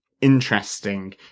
interesting